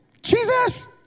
Jesus